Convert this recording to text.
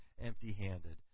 empty-handed